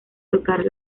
tocar